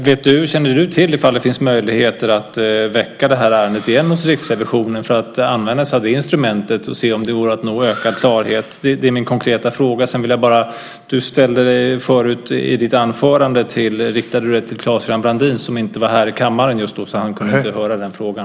Fru talman! Känner Björn von der Esch till om det finns möjligheter att väcka det här ärendet igen hos Riksrevisionen för att använda sig av det instrumentet och se om det går att nå ökad klarhet? Det är min konkreta fråga. I ditt anförande riktade du dig till Claes-Göran Brandin som inte var här i kammaren just då, så han kunde inte höra den frågan.